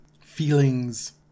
feelings